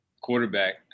quarterback